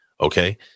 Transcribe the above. okay